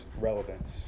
relevance